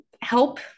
help